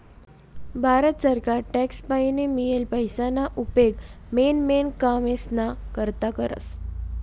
भारत सरकार टॅक्स पाईन मियेल पैसाना उपेग मेन मेन कामेस्ना करता करस